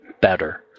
better